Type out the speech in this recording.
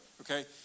Okay